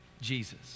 Jesus